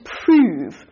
prove